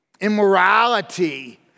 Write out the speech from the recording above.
immorality